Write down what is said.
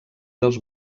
dels